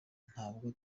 ntabwo